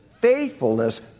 faithfulness